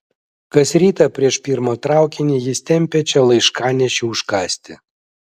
kas rytą prieš pirmą traukinį jis tempia čia laiškanešį užkąsti